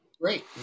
great